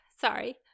Sorry